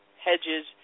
Hedges